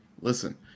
Listen